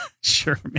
Sure